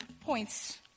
points